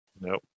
Nope